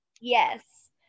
Yes